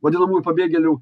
vadinamųjų pabėgėlių